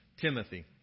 Timothy